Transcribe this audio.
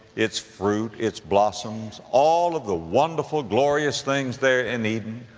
its fruit, its blossoms, all of the wonderful, glorious things there in eden.